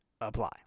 apply